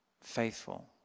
faithful